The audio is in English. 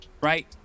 right